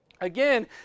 Again